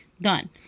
Done